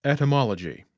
Etymology